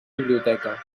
biblioteca